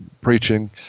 preaching